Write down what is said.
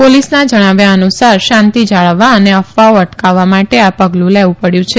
પોલીસના જણાવ્યા અનુસાર શાંતિ જાળવવા અને અફવાઓ અટકાવવા માટે આ પગલું લેવું પડ્યું છે